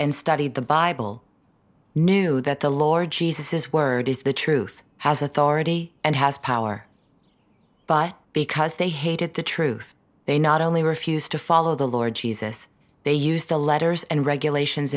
and studied the bible knew that the lord jesus his word is the truth has authority and has power but because they hated the truth they not only refused to follow the lord jesus they use the letters and regulations